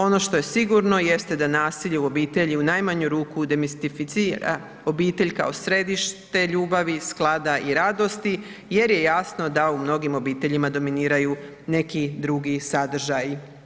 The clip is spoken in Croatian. Ono što je sigurno jeste da nasilje u obitelji u najmanju ruku demistificira obitelj kao središte ljubavi, sklada i radosti jer je jasno da u mnogim obiteljima dominiraju neki drugi sadržaji.